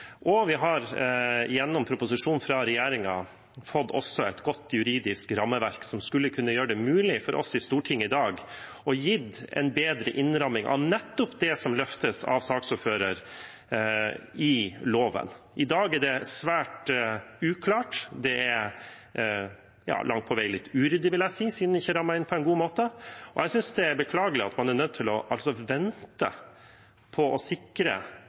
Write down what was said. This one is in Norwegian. og vi har gjennom proposisjonen fra regjeringen fått et godt juridisk rammeverk som skulle kunne gjøre det mulig for oss i Stortinget i dag å gi en bedre innramming i loven av nettopp det som løftes av saksordføreren. I dag er det svært uklart. Det er langt på vei litt uryddig, vil jeg si, siden det ikke er rammet inn på en god måte, og jeg synes det er beklagelig at man er nødt til å vente på å sikre